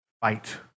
fight